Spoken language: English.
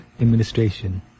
Administration